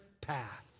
path